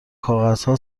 کاغذها